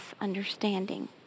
understanding